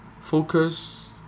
Focus